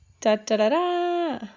Da-da-da-da